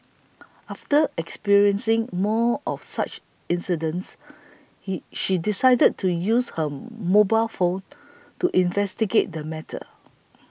after experiencing more of such incidents he she decided to use her mobile phone to investigate the matter